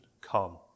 come